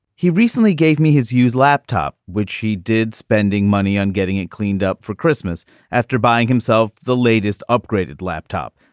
he recently gave me his used laptop, which he did, spending money on getting it cleaned up for christmas after buying himself the latest upgraded laptop.